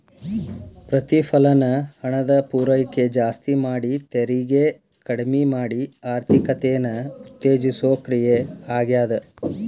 ಪ್ರತಿಫಲನ ಹಣದ ಪೂರೈಕೆ ಜಾಸ್ತಿ ಮಾಡಿ ತೆರಿಗೆ ಕಡ್ಮಿ ಮಾಡಿ ಆರ್ಥಿಕತೆನ ಉತ್ತೇಜಿಸೋ ಕ್ರಿಯೆ ಆಗ್ಯಾದ